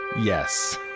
yes